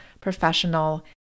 professional